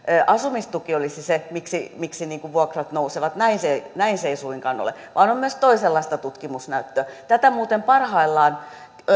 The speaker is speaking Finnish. asumistuki olisi se miksi miksi vuokrat nousevat näin se näin se ei suinkaan ole vaan on myös toisenlaista tutkimusnäyttöä tätä muuten parhaillaan